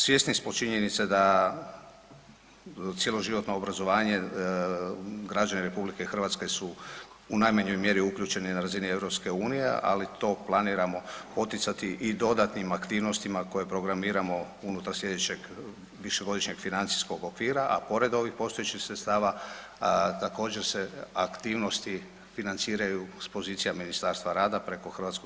Svjesni smo činjenice da cjeloživotno obrazovanje građani RH su u najmanjoj mjeri uključeni na razini EU, ali to planiramo poticati i dodatnim aktivnostima koje programiramo unutar sljedećeg višegodišnjeg financijskog okvira, a pored ovih postojećih sredstava također se aktivnosti financiraju s pozicija Ministarstva rada preko HZZ-a.